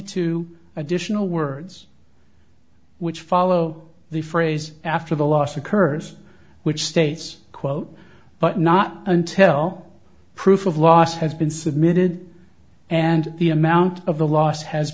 two additional words which follow the phrase after the loss occurs which states quote but not until proof of loss has been submitted and the amount of the loss has